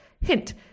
Hint